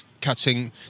catching